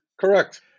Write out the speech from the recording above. Correct